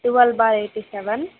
twelve by eighty seven